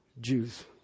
Jews